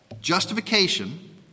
Justification